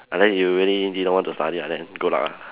and then you really didn't want to study ah then good luck ah